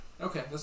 Okay